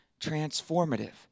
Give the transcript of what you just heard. transformative